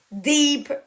deep